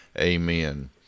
Amen